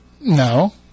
No